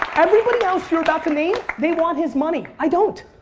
everybody else you're about the name, they want his money, i don't.